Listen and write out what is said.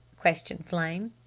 questioned flame.